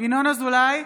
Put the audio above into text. ינון אזולאי,